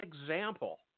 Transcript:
example